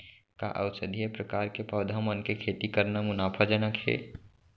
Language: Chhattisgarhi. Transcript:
का औषधीय प्रकार के पौधा मन के खेती करना मुनाफाजनक हे?